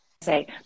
say